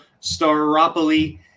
Staropoli